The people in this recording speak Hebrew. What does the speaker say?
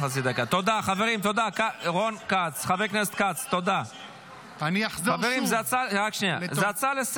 אתה חבר בממשלה שהמיטה אסון על עם ישראל.